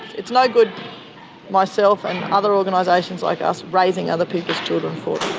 it's no good myself and other organisations like us raising other people's children for